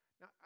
Now